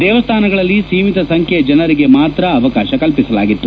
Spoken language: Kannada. ದೇವಸ್ಥಾನಗಳಲ್ಲಿ ಸೀಮಿತ ಸಂಖ್ಯೆಯ ಜನರಿಗೆ ಮಾತ್ರ ಅವಕಾಶ ನೀಡಲಾಗಿತ್ತು